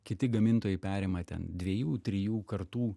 kiti gamintojai perima ten dviejų trijų kartų